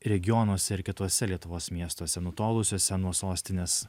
regionuose ir kituose lietuvos miestuose nutolusiuose nuo sostinės